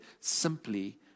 simply